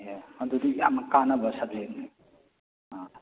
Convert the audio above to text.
ꯑꯦ ꯑꯗꯨꯗꯤ ꯌꯥꯝ ꯀꯥꯟꯅꯕ ꯁꯕꯖꯦꯛꯅꯤ ꯑꯥ